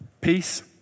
peace